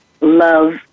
love